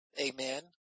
Amen